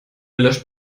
löscht